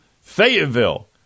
Fayetteville